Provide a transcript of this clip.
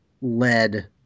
led